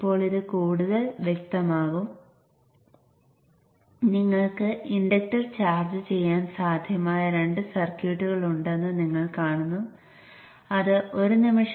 ഇത് half bridge കൺവെർട്ടറിന്റെ പ്രവർത്തനമാണ്